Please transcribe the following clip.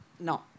no